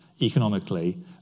economically